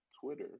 Twitter